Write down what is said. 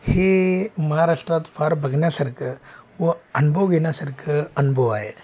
हे महाराष्ट्रात फार बघण्यासारखं व अनुभव घेण्यासारखं अनभुव आहे